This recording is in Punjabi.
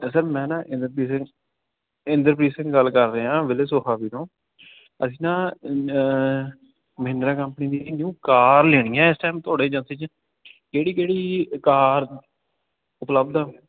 ਸਰ ਮੈਂ ਨਾ ਇੰਦਰਪ੍ਰੀਤ ਸਿੰਘ ਇੰਦਰਪ੍ਰੀਤ ਸਿੰਘ ਗੱਲ ਕਰ ਰਿਹਾ ਵਿਲੇਜ਼ ਮੋਹਾਲੀ ਤੋਂ ਅਸੀਂ ਨਾ ਮਹਿੰਦਰਾ ਕੰਪਨੀ ਦੀ ਇੱਕ ਨਿਊ ਕਾਰ ਲੈਣੀ ਹੈ ਇਸ ਟਾਈਮ ਤੁਹਾਡੇ ਏਜੰਸੀ 'ਚ ਕਿਹੜੀ ਕਿਹੜੀ ਅ ਕਾਰ ਉਪਲਬਧ ਆ